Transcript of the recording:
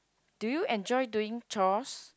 do you enjoy doing chores